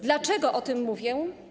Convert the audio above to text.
Dlaczego o tym mówię?